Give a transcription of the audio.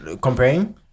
Comparing